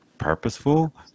purposeful